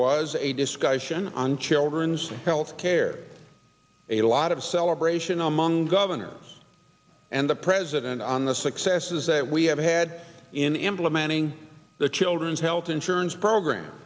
was a discussion on children's health care a lot of celebration among governors and the president on the successes that we have had in implementing the children's health insurance program